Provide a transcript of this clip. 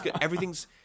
Everything's